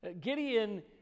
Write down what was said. Gideon